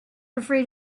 afraid